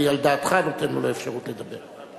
אני על דעתך נותן לו את האפשרות לדבר.